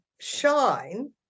shine